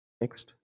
Next